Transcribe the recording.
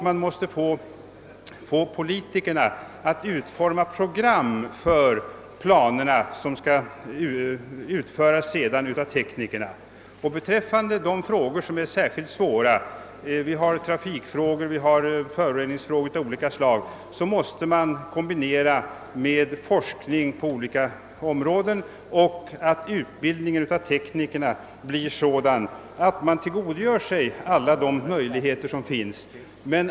Man måste också få politikerna att utforma program för de planer som sedan skall fullföljas av teknikerna. Beträffande de problem som är särskilt svåra — t.ex. trafikfrågor och föroreningsfrågor av skilda slag — krävs det en kombination med forskning på olika områden och med att utbildningen av teknikerna blir sådan att man tillgodogör sig alla de möjligheter som finns.